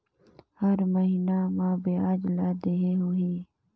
हर महीना मा ब्याज ला देहे होही?